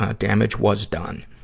ah damage was done.